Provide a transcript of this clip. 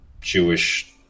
Jewish